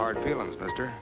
hard feelings better